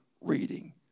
reading